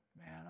Man